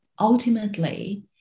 ultimately